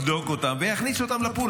-- יבדוק אותם ויכניס אותם לפול,